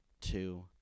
two